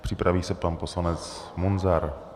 Připraví se pan poslanec Munzar.